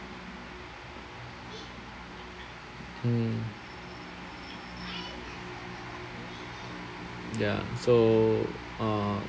mm ya so uh